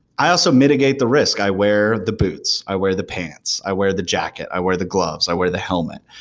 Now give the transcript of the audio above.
i also mitigate the risk. i wear the boots, i wear the pants, i wear the jacket, i wear the gloves, i wear the helmet,